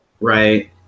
right